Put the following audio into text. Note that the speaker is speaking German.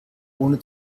ohne